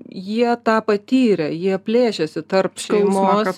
jie tą patyrė jie plėšėsi tarp šeimos